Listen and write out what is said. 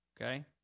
okay